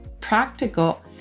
practical